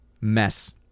mess